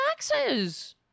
taxes